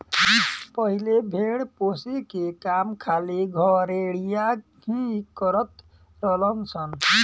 पहिले भेड़ पोसे के काम खाली गरेड़िया ही करत रलन सन